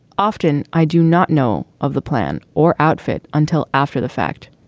often i do not know of the plan or outfit until after the fact.